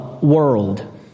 world